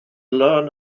learn